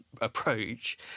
approach